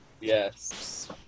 Yes